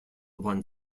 upon